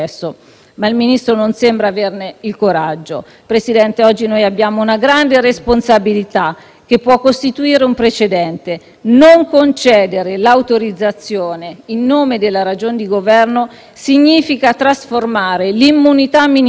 che può costituire un precedente. Non concedere l'autorizzazione in nome della ragion di governo significa trasformare l'immunità ministeriale da strumento di tutela di funzioni proprie istituzionali a un privilegio.